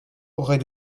aurait